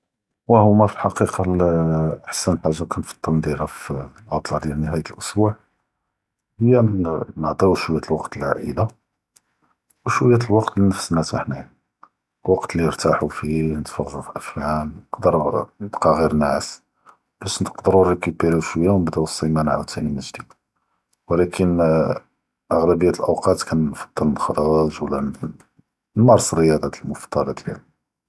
واه הומא פא ח’קיקה, אחסן חאג’ה כנפ’דל נדירה פ אלעתלה דיאל נ’היאת אלסבוע, היא נעט’יו שוווי דיאל וואקט לע’אילה ו שוווי דיאל וואקט לנפ’סנא ת’א חניא אלוואקט ל’נרטח’ו פיה ת’תפרג’ו פ’אפלם נב’ק’ו נענאס, באש נגדרו נריקובירו שוווי ו נבדא’ו אס-סימאנה עאוד תאני מן ג’דיד ו אך’ן אג’’ביה אלוואקט כנפק’ר נחר’ג ולא נמרס רי’אדה אלמפרדל דיאלי.